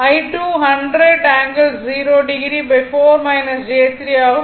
I2 100 ∠0o 4 j 3 ஆகும்